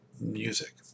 music